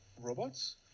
robots